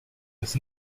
das